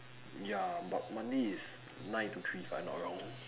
ya but monday is nine to three if I'm not wrong